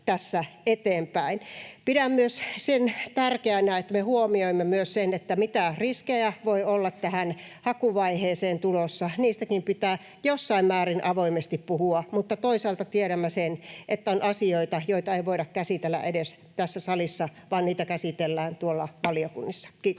Pidän myös sitä tärkeänä, että me huomioimme myös sen, mitä riskejä voi olla tähän hakuvaiheeseen tulossa. Niistäkin pitää jossain määrin avoimesti puhua, mutta toisaalta tiedämme sen, että on asioita, joita ei voida käsitellä edes tässä salissa, vaan niitä käsitellään tuolla valiokunnissa. — Kiitos.